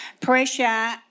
pressure